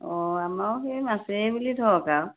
অঁ আমাৰো সেই মাছে বুলি ধৰক আৰু